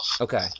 Okay